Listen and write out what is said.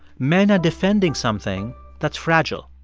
men are defending something that's fragile.